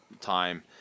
time